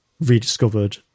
rediscovered